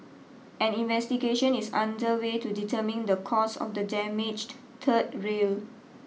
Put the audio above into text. an investigation is under way to determine the cause of the damaged third rail